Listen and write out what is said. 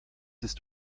ist